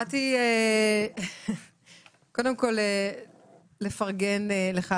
באתי קודם כל לפרגן לך,